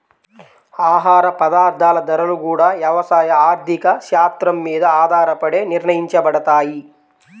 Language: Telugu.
ఆహార పదార్థాల ధరలు గూడా యవసాయ ఆర్థిక శాత్రం మీద ఆధారపడే నిర్ణయించబడతయ్